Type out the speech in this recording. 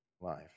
life